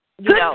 Good